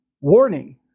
Warning